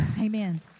amen